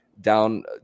down